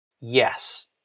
Yes